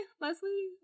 Leslie